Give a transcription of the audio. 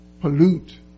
pollute